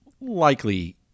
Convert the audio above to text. likely